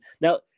Now